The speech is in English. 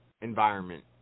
environment